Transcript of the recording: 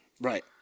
Right